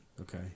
Okay